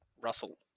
Russell